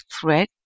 thread